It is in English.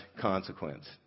consequence